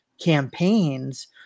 campaigns